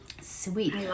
Sweet